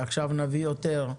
ועכשיו נביא יותר,